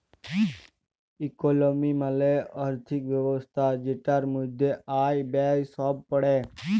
ইকলমি মালে আর্থিক ব্যবস্থা জেটার মধ্যে আয়, ব্যয়ে সব প্যড়ে